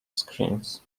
screens